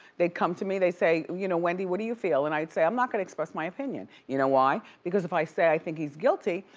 they'd come to me, they say, you know wendy, what do you feel? and i'd say, i'm not gonna express my opinion. you know why? because if i say i think he's guilty,